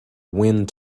wind